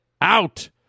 out